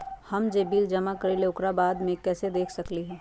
हम जे बिल जमा करईले ओकरा बाद में कैसे देख सकलि ह?